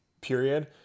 period